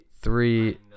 Three